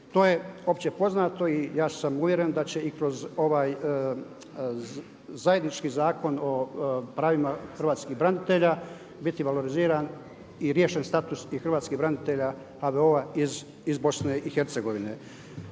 to je opće poznato i ja sam uvjeren da će i kroz ovaj zajednički Zakon o pravima hrvatskih branitelja biti valoriziran i riješen status i hrvatskih branitelja HVO-a iz BiH. Što se